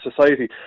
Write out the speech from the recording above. society